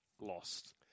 lost